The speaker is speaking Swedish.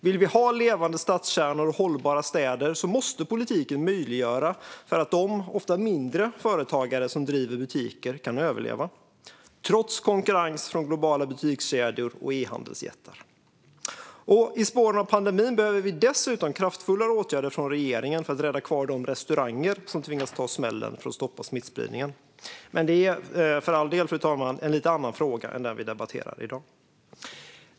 Vill vi ha levande stadskärnor och hållbara städer måste politiken möjliggöra för de företagare, ofta mindre, som driver butiker att överleva trots konkurrens från globala butikskedjor och e-handelsjättar. I spåren av pandemin behöver vi dessutom kraftfullare åtgärder från regeringen för att rädda de restauranger som tvingas ta smällen för att stoppa smittspridningen, men det är för all del en lite annan fråga än den vi debatterar i dag, fru talman.